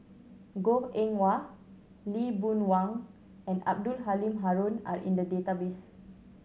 Goh Eng Wah Lee Boon Wang and Abdul Halim Haron are in the database